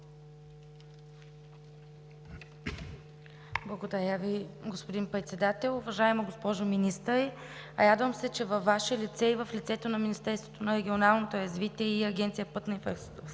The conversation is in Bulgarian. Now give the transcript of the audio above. Благодаря Ви, господин Председател. Уважаема госпожо Министър, радвам се, че във Ваше лице и в лицето на Министерството на регионалното развитие и Агенция „Пътна